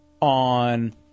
on